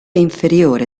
inferiore